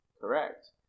correct